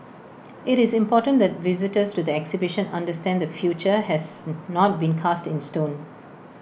IT is important that visitors to the exhibition understand the future has not been cast in stone